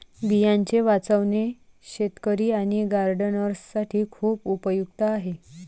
बियांचे वाचवणे शेतकरी आणि गार्डनर्स साठी खूप उपयुक्त आहे